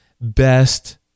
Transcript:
best